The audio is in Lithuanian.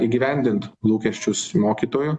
įgyvendint lūkesčius mokytojų